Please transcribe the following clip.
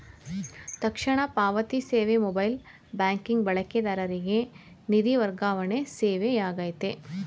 ತಕ್ಷಣ ಪಾವತಿ ಸೇವೆ ಮೊಬೈಲ್ ಬ್ಯಾಂಕಿಂಗ್ ಬಳಕೆದಾರರಿಗೆ ನಿಧಿ ವರ್ಗಾವಣೆ ಸೇವೆಯಾಗೈತೆ